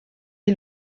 die